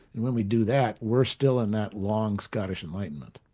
and when we do that, we're still in that long scottish enlightenment.